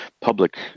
public